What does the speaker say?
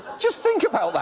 just think about about